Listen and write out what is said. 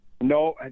No